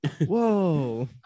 Whoa